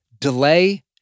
Delay